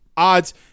odds